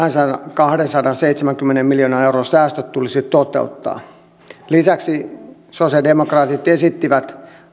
kahdensadanseitsemänkymmenen miljoonan euron säästöt tulisi toteuttaa lisäksi sosiaalidemokraatit esittivät